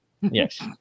Yes